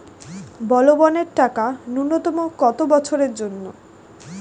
বলবনের টাকা ন্যূনতম কত বছরের জন্য?